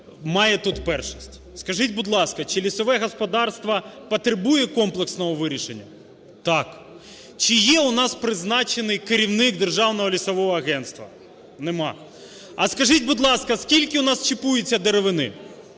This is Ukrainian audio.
має тут першість. Скажіть, будь ласка, чи лісове господарство потребує комплексного вирішення? Так. Чи є у нас призначений керівник Державного лісового агентства? Немає. А скажіть, будь ласка, скільки у нас чіпується деревини?